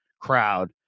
crowd